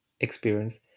experience